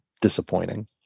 disappointing